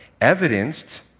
evidenced